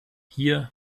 hier